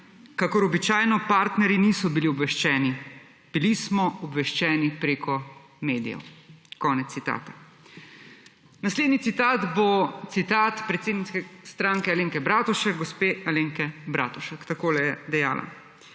Kakor običajno partnerji niso bili obveščeni. Bili smo obveščeni preko medijev.« Konec citata. Naslednji citat bo citat predsednice Stranke Alenke Bratušek gospe Alenke Bratušek. Takole je dejala: